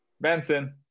Benson